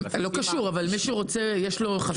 לא קשור, אבל מי שרוצה, יש לו חסמים?